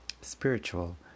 spiritual